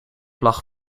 lag